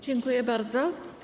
Dziękuję bardzo.